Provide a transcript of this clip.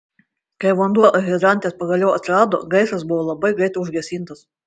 kai vanduo hidrante pagaliau atsirado gaisras buvo labai greitai užgesintas